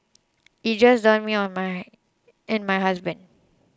it just dawned me on my and my husband